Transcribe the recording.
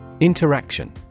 Interaction